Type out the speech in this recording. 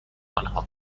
آنها